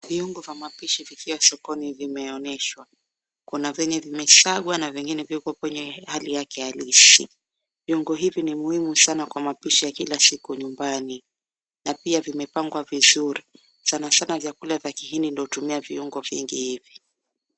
Viungo vya mapishi vikiwa sokoni vimeonyeshwa. Kuna vyenye vimesagwa na vingine viko kwenye hali yake halisi. Viungo hivi ni muhimu sana kwa mapishi ya kila siku nyumbani na pia vimepangwa vizuri, sana sana vyakula vya kihindi ndio hutumia viungo vingi hivi.